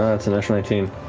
that's a natural nineteen.